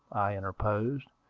i interposed.